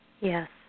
yes